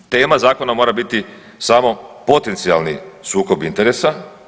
Tema zakona mora biti samo potencijalni sukob interesa.